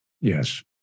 Yes